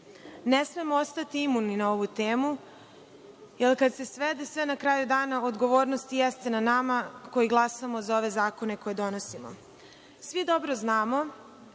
Ne smemo ostati imuni na ovu temu jer kad se svede sve na kraju dana odgovornost i jeste na nama koji glasamo za ove zakone koje donosimo. Svi dobro znamo